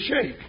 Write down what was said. shake